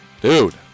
Dude